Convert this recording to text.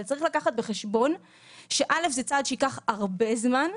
אבל צריך לקחת בחשבון ש-א' זה צעד שייקח הרבה זמן.